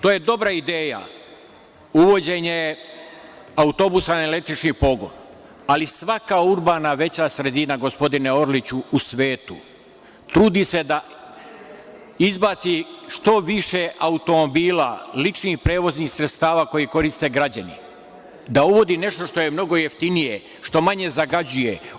To je dobra ideja, uvođenje autobusa na električni pogon, ali svaka urbana veća sredina, gospodine Orliću, u svetu trudi se da izbaci što više automobila, ličnih prevoznih sredstava koje koriste građani, da uvodi nešto što je mnogo jeftinije, što manje zagađuje.